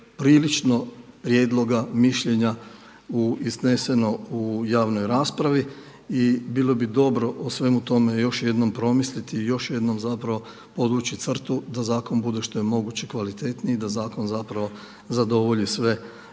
prilično prijedloga, mišljenja izneseno u javnoj raspravi i bilo bi dobro o svemu tome još jednom promisliti i još jednom podvući crtu da zakon bude što je moguće kvalitetniji i da zakon zadovolji sve